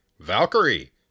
Valkyrie